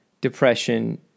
depression